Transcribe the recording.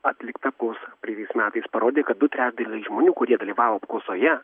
atlikta apklausa praeitais metais parodė kad du trečdaliai žmonių kurie dalyvavo apklausoje